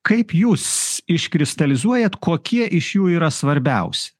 kaip jūs iškristalizuojant kokie iš jų yra svarbiausi